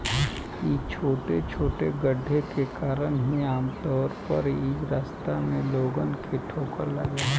इ छोटे छोटे गड्ढे के कारण ही आमतौर पर इ रास्ता में लोगन के ठोकर लागेला